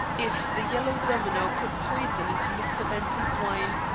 if the yellow domino put poison into mr. benson's wine,